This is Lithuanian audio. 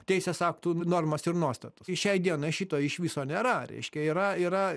teisės aktų normas ir nuostatas šiai dienai šito iš viso nėra reiškia yra yra